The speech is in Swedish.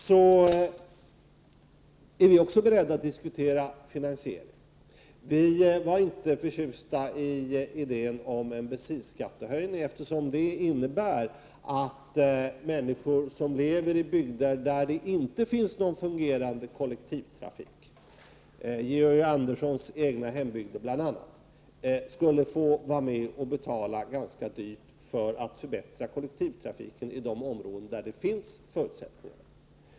Vi är också beredda att diskutera finansieringen. Vi var inte förtjusta i idén om en bensinskattehöjning, eftersom den innebar att människor som lever i bygder där det inte finns fungerande kollektivtrafik — bl.a. Georg Anderssons hembygder — skulle behöva vara med och betala ganska dyrt för att förbättra kollektivtrafiken i områden där sådan finns.